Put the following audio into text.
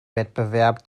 wettbewerb